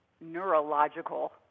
neurological